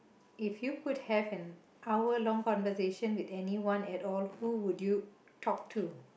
if you could have an hour long conversation with anyone at all who would you talk to